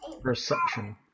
perception